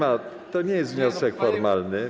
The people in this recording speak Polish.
Ale to nie jest wniosek formalny.